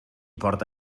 porta